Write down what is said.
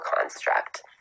construct